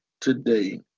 today